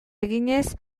eginez